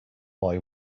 boy